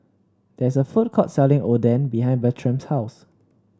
there is a food court selling Oden behind Bertram's house